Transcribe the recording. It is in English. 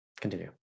Continue